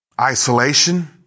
isolation